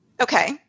Okay